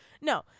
No